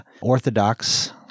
Orthodox